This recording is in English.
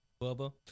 Bubba